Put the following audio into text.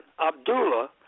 Abdullah